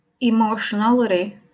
emotionality